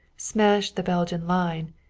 smash the belgian line,